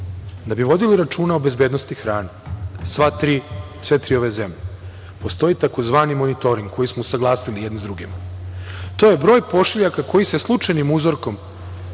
bi vodili računa o bezbednosti hrane sve tri ove zemlje, postoji tzv. monitoring koji smo usaglasili jedni s drugima. To je broj pošiljaka koji se slučajnim uzorkom